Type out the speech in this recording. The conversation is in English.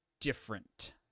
different